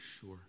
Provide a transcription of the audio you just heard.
sure